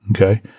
okay